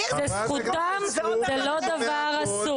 זו זכותם, זה לא דבר אסור.